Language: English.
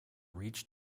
reached